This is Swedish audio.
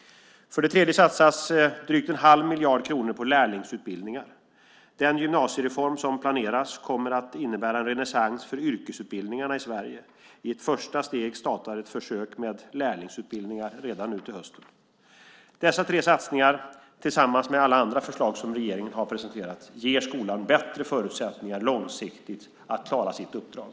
För det tredje satsas 515 miljoner kronor på lärlingsutbildningar. Den gymnasiereform som planeras kommer att innebära en renässans för yrkesutbildningarna i Sverige. I ett första steg startar ett försök med lärlingsutbildningar redan nu till hösten. Dessa tre satsningar, tillsammans med alla andra förslag som regeringen har presenterat, ger skolan bättre förutsättningar långsiktigt att kla-ra sitt uppdrag.